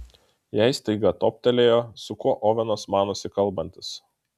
jai staiga toptelėjo su kuo ovenas manosi kalbantis